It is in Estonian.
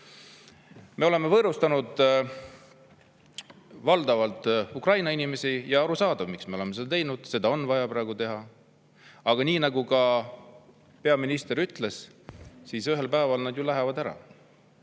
oleme võõrustanud valdavalt Ukraina inimesi ja on arusaadav, miks me oleme seda teinud, seda on vaja praegu teha. Aga nii nagu ka peaminister ütles, ühel päeval nad ju lähevad ära.